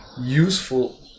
useful